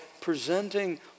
presenting